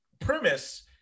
premise